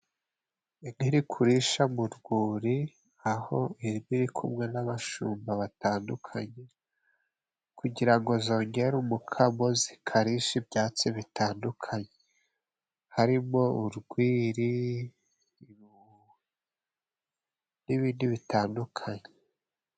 Inka iri kurisha mu rwuri aho iri kumwe n'abashumba batandukanye. kugira ngo zongere umukamo, zikarisha ibyatsi bitandukanye harimo:urwiri n'ibindi bitandukanye.